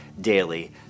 daily